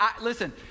listen